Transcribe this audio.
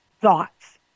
thoughts